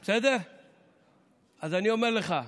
אז אני אומר לך,